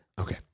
Okay